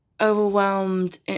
overwhelmed